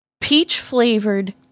Peach-flavored